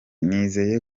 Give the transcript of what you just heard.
nizeye